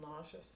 nauseous